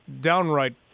downright